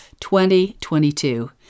2022